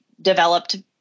developed